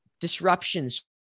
disruptions